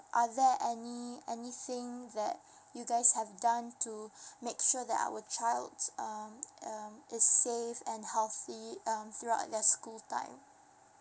are there any anything that you guys have done to make sure that our child um um is save and healthy throughout their school time